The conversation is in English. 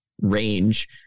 range